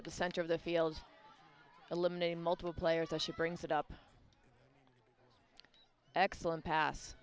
at the center of the field eliminating multiple players and she brings it up excellent pass